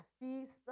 feast